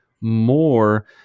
more